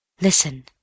Listen